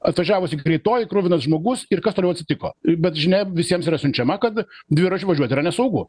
atvažiavusi greitoji kruvinas žmogus ir kas toliau atsitiko bet žinia visiems yra siunčiama kad dviračiu važiuot yra nesaugu